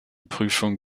prüfungen